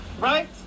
right